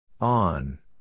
On